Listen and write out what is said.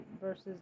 versus